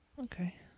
Okay